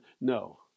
No